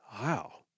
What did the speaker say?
wow